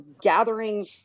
gathering